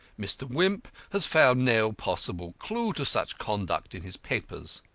mr. wimp has found no possible clue to such conduct in his papers.